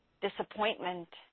Disappointment